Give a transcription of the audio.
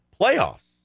playoffs